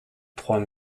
trois